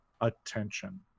attention